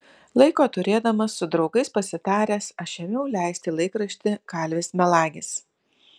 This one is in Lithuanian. laiko turėdamas su draugais pasitaręs aš ėmiau leisti laikraštį kalvis melagis